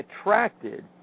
attracted